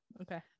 Okay